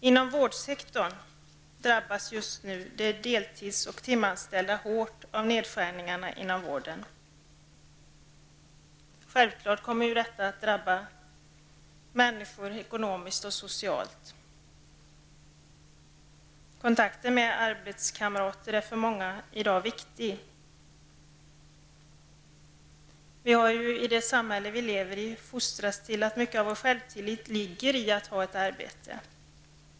Inom vårdsektorn drabbas just nu de deltids och timanställda hårt av nedskärningarna inom vården. Självklart kommer detta att drabba människor ekonomiskt och socialt. Kontakt med arbetskamrater är i dag viktig för många. Vi har ju i det samhälle vi lever i fostrats till att mycket av vår självtillit ligger i att ha ett arbete.